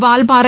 Valparai